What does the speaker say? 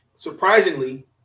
Surprisingly